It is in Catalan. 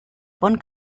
pont